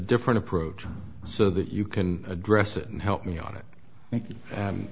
different approach so that you can address it and help me on it